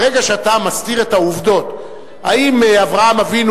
ברגע שאתה מסתיר את העובדות האם אברהם אבינו,